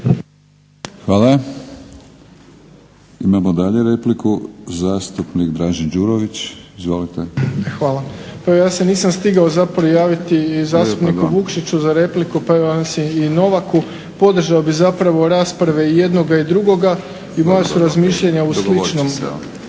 Hvala. Imamo dalje repliku, zastupnik Dražen Đurović. Izvolite. **Đurović, Dražen (HDSSB)** Hvala. Evo ja se nisam stigao zapravo javiti i zastupniku Vukšiću za repliku pa evo javljam se i Novaku, podržao bih zapravo rasprave i jednoga i drugoga i moja su razmišljanja u sličnom